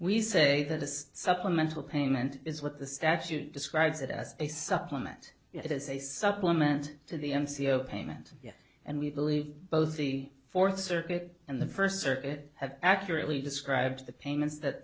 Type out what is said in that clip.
we say that this supplemental payment is what the statute describes it as a supplement it is a supplement to the n c o payment and we believe both the fourth circuit and the first circuit have accurately described the payments that